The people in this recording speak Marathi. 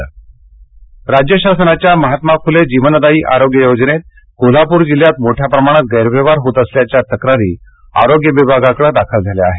कोल्हापुरः राज्य शासनाच्या महात्मा फुले जीवनदायी आरोग्य योजनेत कोल्हापूर जिल्ह्यात मोठ्या प्रमाणात गैरव्यवहार होत असल्याच्या तक्रारी आरोग्य विभागाकडे दाखल झाल्या आहेत